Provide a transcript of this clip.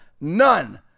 None